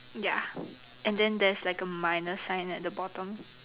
ya and then there's like a minus sign at the bottom